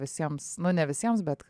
visiems nu ne visiems bet